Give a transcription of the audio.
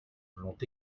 l’ont